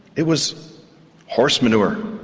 it was horse manure.